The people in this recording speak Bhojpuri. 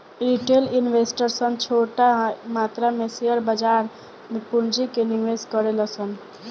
रिटेल इन्वेस्टर सन छोट मात्रा में शेयर बाजार में पूंजी के निवेश करेले सन